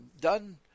done